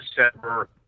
December